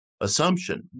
assumption